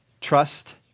Trust